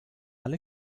alle